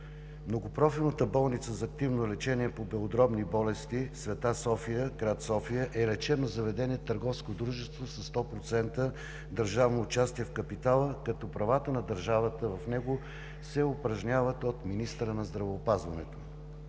Многопрофилната болница за активно лечение по белодробни болести „Св. София“ – град София, е лечебно заведение – търговско дружество със 100% държавно участие в капитала, като правата на държавата в него се упражняват от министъра на здравеопазването.